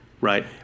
right